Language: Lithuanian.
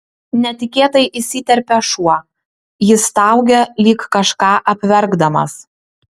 netikėtai įsiterpia šuo jis staugia lyg kažką apverkdamas